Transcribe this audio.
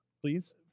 Please